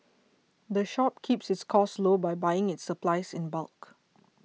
the shop keeps its costs low by buying its supplies in bulk